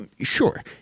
Sure